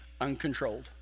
uncontrolled